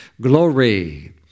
Glory